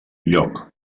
lloc